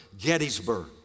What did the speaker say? Gettysburg